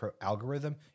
algorithm